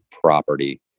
property